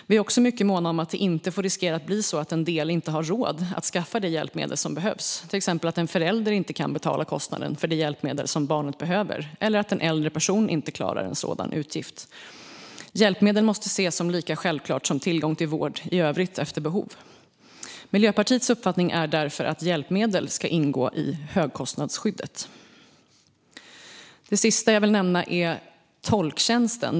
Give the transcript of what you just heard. Vi är också mycket måna om att det inte får riskera att bli så att en del inte har råd att skaffa de hjälpmedel som behövs, till exempel att en förälder inte kan betala kostnaden för det hjälpmedel som barnet behöver eller att en äldre person inte klarar en sådan utgift. Hjälpmedel måste ses som något lika självklart som tillgång till vård efter behov i övrigt. Miljöpartiets uppfattning är därför att hjälpmedel ska ingå i högkostnadsskyddet. Det sista jag vill nämna är tolktjänsten.